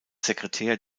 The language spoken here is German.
sekretär